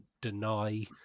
deny